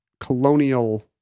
colonial